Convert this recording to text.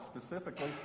specifically